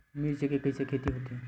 मिर्च के कइसे खेती होथे?